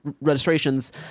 registrations